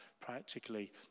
practically